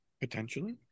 Potentially